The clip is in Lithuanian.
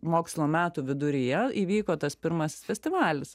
mokslo metų viduryje įvyko tas pirmas festivalis